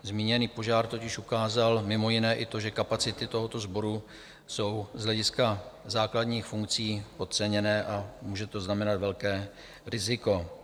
Zmíněný požár totiž ukázal mimo jiné i to, že kapacity tohoto sboru jsou z hlediska základních funkcí podceněné a může to znamenat velké riziko.